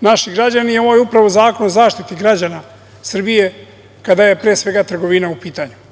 naši građani i ovo je upravo Zakon o zaštiti građana Srbije, kada je pre svega trgovina u pitanju.